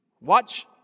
Watch